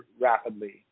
rapidly